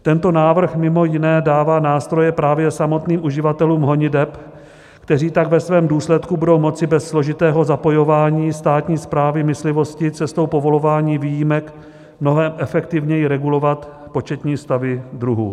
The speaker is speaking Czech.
Tento návrh mimo jiné dává nástroje právě samotným uživatelům honiteb, kteří tak ve svém důsledku budou moci bez složitého zapojování státní správy myslivosti cestou povolování výjimek mnohem efektivněji regulovat početní stavy druhů.